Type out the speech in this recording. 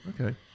Okay